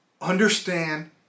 understand